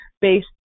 based